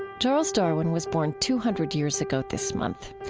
and charles darwin was born two hundred years ago this month,